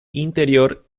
interior